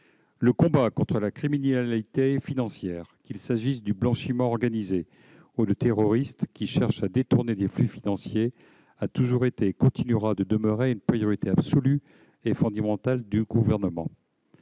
Le combat contre la criminalité financière, qu'il s'agisse du blanchiment organisé ou de terroristes cherchant à détourner des flux financiers, a toujours été et demeurera une priorité absolue et fondamentale du Gouvernement.